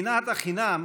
שנאת החינם